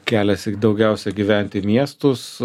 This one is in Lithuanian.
keliasi daugiausia gyvent į miestus